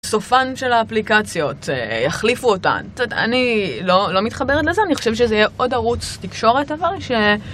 סופן של האפליקציות, יחליפו אותן. אני לא מתחברת לזה, אני חושבת שזה יהיה עוד ערוץ תקשורת אבל ש...